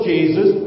Jesus